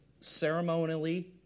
ceremonially